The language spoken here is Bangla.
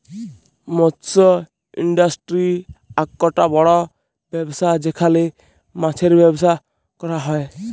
মৎস ইন্ডাস্ট্রি আককটা বড় ব্যবসা যেখালে মাছের ব্যবসা ক্যরা হ্যয়